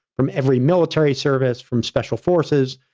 from every military service from special forces,